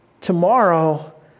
tomorrow